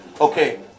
okay